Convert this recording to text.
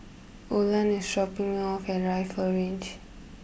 Olan is dropping me off at Rifle Range